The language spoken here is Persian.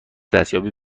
دستیابی